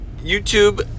YouTube